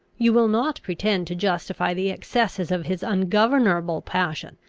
you will not pretend to justify the excesses of his ungovernable passion.